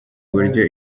uburyo